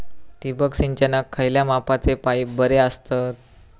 ठिबक सिंचनाक खयल्या मापाचे पाईप बरे असतत?